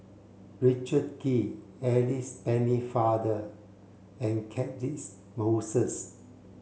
Richard Kee Alice Pennefather and Catchick Moses